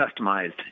customized